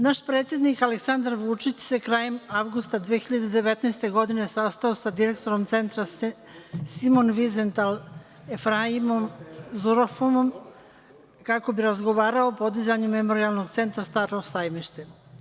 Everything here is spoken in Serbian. Naš predsednik Aleksandar Vučić se krajem avgusta meseca 2019. godine sastao sa direktorom centra „Simon Vizental“, Efraimom Zurofom, kako bi razgovarao o podizanju Memorijalnog centra „Staro Sajmište“